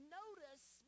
notice